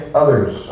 others